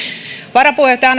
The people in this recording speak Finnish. varapuheenjohtaja